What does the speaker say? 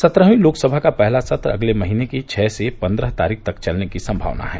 सत्रहवीं लोकसभा का पहला सत्र अगले महीने की छः से पन्द्रह तारीख तक चलने की संमावना है